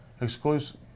Exclusive